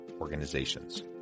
Organizations